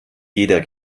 jeder